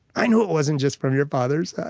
i knew it wasn't just from your father's